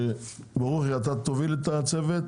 ברוכי, אתה תוביל את הצוות.